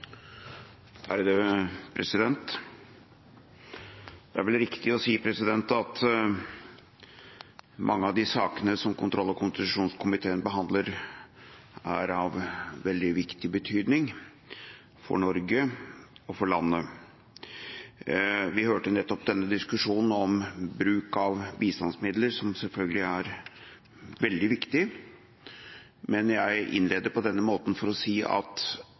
Det er vel riktig å si at mange av de sakene som kontroll- og konstitusjonskomiteen behandler, er av veldig stor betydning for Norge, for landet. Vi hørte nettopp diskusjonen om bruk av bistandsmidler, som selvfølgelig er veldig viktig, men jeg innleder på denne måten for å si at